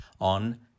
on